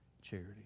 charity